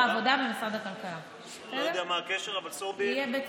אני לא יודע מה הקשר, אבל שיהיה.